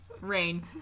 rain